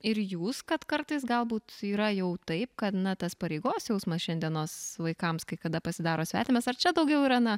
ir jūs kad kartais galbūt yra jau taip kad na tas pareigos jausmas šiandienos vaikams kai kada pasidaro svetimas ar čia daugiau yra na